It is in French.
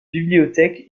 bibliothèque